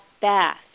bath